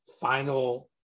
final